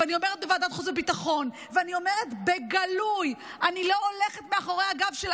ואני אומרת בוועדת חוץ וביטחון,